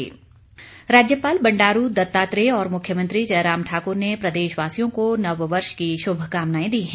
शुमकामनाएं राज्यपाल बंडारू दत्तात्रेय और मुख्यमंत्री जयराम ठाकुर ने प्रदेशवासियों को नववर्ष की शुभकामनाएं दी हैं